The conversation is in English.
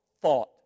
thought